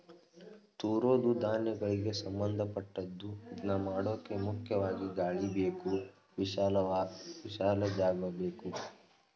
ತೂರೋದೂ ಧಾನ್ಯಗಳಿಗೆ ಸಂಭಂದಪಟ್ಟದ್ದು ಇದ್ನಮಾಡೋಕೆ ಮುಖ್ಯವಾಗಿ ಗಾಳಿಬೇಕು ಹಾಗೆ ವಿಶಾಲ ಜಾಗಬೇಕು